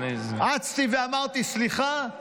אצתי ואמרתי: סליחה,